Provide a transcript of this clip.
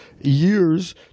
years